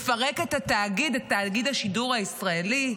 לפרק את התאגיד, את תאגיד השידור הישראלי;